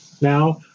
Now